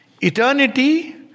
Eternity